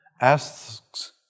asks